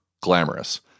glamorous